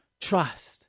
trust